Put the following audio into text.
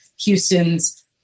Houston's